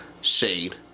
Shade